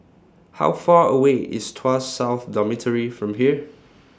How Far away IS Tuas South Dormitory from here